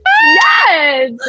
yes